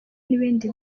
n’ibindi